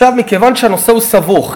מכיוון שהנושא סבוך,